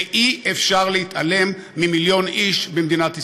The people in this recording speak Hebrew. אי-אפשר להתעלם ממיליון איש במדינת ישראל.